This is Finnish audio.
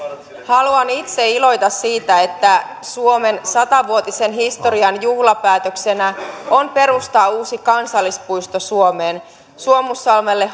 haluan itse iloita siitä että suomen satavuotisen historian juhlapäätöksenä on perustaa uusi kansallispuisto suomeen suomussalmelle